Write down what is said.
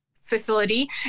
facility